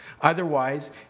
Otherwise